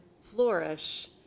flourish